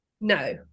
No